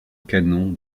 canon